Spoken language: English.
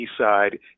Eastside